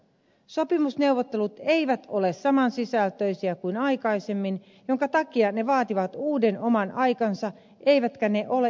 sopimusneuvottelut eivät ole samansisältöisiä kuin aikaisemmin minkä takia ne vaativat uuden oman aikansa eivätkä ne ole itsestäänselvyyksiä